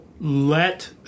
let